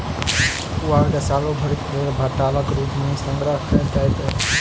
पुआर के सालो भरिक लेल टालक रूप मे संग्रह कयल जाइत अछि